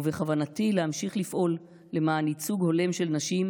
ובכוונתי להמשיך לפעול למען ייצוג הולם של נשים,